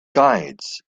guides